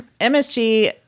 MSG